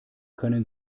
können